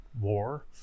war